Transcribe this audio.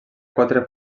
quatre